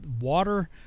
water